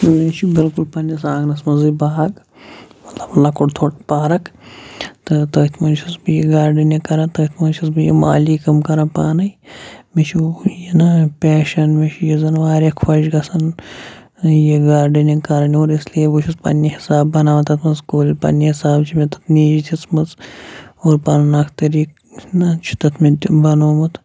مےٚ چھُ بِلکُل پَننِس آنٛگنَس منٛزٕے باغ مَطلب لۄکُٹ تھۄد پارک تہٕ تٔتھۍ منٛز چھُس بہٕ یہِ گاڈنِنٛگ کران تٔتھۍ منٛز چھُس بہٕ یہِ مالی کٲم کران پانٕے مےٚ چھُ یہِ نہ پیشین مےٚ چھُ یہِ زَن واریاہ خۄش گَژھَان یہِ گاڈٕنِنٛگ کَرٕنۍ اور اِسلِیے بہٕ چھُس پَننہِ حِساب بَناوان تَتھ منٛز کُلۍ پَننہِ حِساب چھِ مےٚ تَتھ نیٖج دِژمٕژ اور پَنُن اَکھ طٔریٖق نہ چھُ تَتھ مےٚ تِم بَنومُت